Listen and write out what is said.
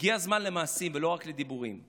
הגיע הזמן למעשים ולא רק לדיבורים.